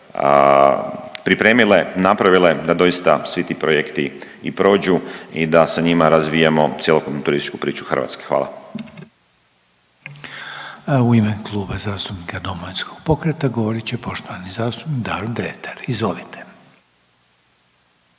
pripremile, napravile, da doista svi ti projekti i prođu i da sa njima razvijemo cjelokupnu turističku priču Hrvatske. Hvala. **Reiner, Željko (HDZ)** U ime Kluba zastupnika Domovinskog pokreta govorit će poštovani zastupnik Davor Dretar. Izvolite.